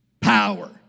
power